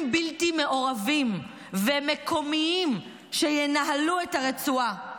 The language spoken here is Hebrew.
בלתי מעורבים ומקומיים שינהלו את הרצועה.